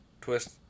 twist